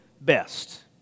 best